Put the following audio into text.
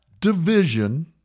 division